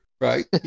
right